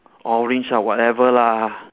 orange lah whatever lah